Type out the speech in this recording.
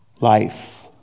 Life